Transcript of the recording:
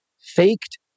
faked